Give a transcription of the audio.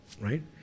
right